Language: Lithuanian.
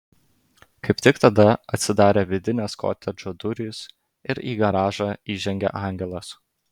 kaip tik tada atsidarė vidinės kotedžo durys ir į garažą įžengė angelas